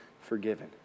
forgiven